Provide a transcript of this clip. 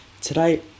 Today